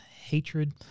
hatred